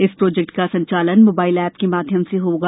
इस प्रोजेक्ट का संचालन मोबाइल एप के माध्यम से होगा